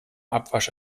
abwasch